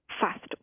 fast